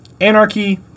anarchy